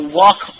walk